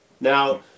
Now